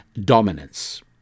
dominance